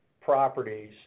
properties